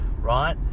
right